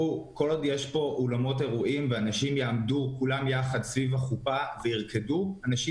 כל עוד אנשים יעמדו יחד סביב החופה וירקדו,